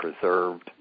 preserved